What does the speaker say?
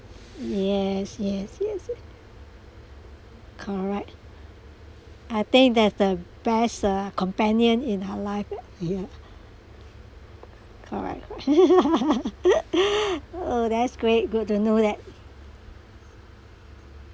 yes yes yes correct I think that's the best companion in our lift yes correct that's great good to know that